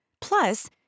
Plus